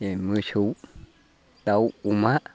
जेरै मोसौ दाउ अमा